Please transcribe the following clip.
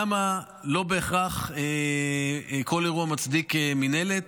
למה לא בהכרח כל אירוע מצדיק מינהלת?